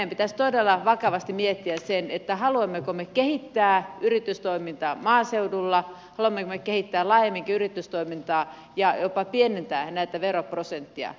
meidän pitäisi todella vakavasti miettiä sitä haluammeko me kehittää yritystoimintaa maaseudulla haluammeko me kehittää laajemminkin yritystoimintaa ja jopa pienentää näitä veroprosentteja